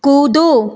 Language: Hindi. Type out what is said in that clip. कूदो